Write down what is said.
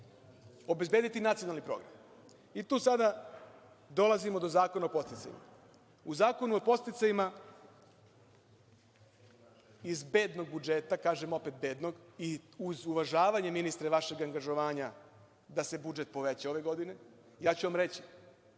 obezbediti nacionalni program. Tu sada dolazimo do Zakona o podsticajima. U Zakonu o podsticajima iz bednog budžeta, kažem opet bednog, uz uvažavanje, ministre, vašeg angažovanja da se budžet poveća ove godine, ja ću vam reći